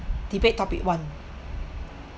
debate topic one